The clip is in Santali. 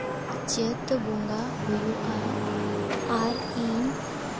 ᱪᱟᱹᱛ ᱵᱚᱸᱜᱟ ᱦᱩᱭᱩᱜᱼᱟ ᱟᱨ ᱤᱧ